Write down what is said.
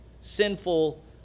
sinful